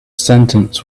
sentence